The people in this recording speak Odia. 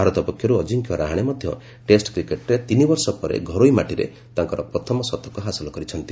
ଭାରତ ପକ୍ଷରୁ ଆକିଙ୍କ୍ୟ ରାହାଣେ ମଧ୍ୟ ଟେଷ୍ଟ କ୍ରିକେଟରେ ତିନିବର୍ଷ ପରେ ଘରୋଇ ମାଟିରେ ତାଙ୍କର ପ୍ରଥମ ଶତକ ହାସଲ କରିଛନ୍ତି